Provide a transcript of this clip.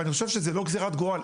ואני חושב שזו לא גזרת גורל,